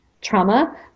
trauma